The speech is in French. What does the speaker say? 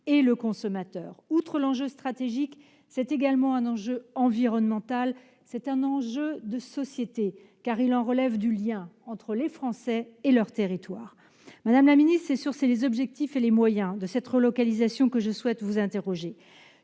et le consommateur : outre l'enjeu stratégique, c'est également un enjeu environnemental, un enjeu de société, car il y va du lien entre les Français et leurs territoires. Madame la secrétaire d'État, c'est sur ces objectifs et les moyens de cette relocalisation que je souhaite vous interroger.